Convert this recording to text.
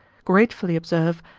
gratefully observe,